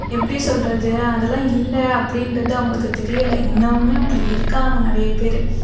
எப்படி சொல்வது அதுலாம் இல்லை அப்படின்றது அவங்களுக்கு தெரியலை இன்னுமும் அப்படி இருக்காங்க நிறைய பேர்